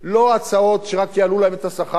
לא הצעות שרק יעלו להם את השכר,